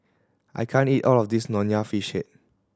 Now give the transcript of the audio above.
I can't eat all of this Nonya Fish Head